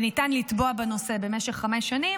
וניתן לתבוע בנושא במשך חמש שנים,